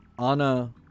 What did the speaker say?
Anna